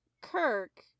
Kirk